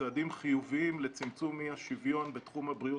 צעדים חיוביים לצמצום אי-השוויון בתחום הבריאות,